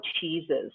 cheeses